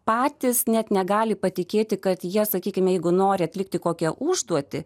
patys net negali patikėti kad jie sakykime jeigu nori atlikti kokią užduotį